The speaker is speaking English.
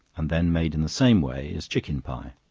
and then made in the same way as chicken pie.